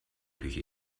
küche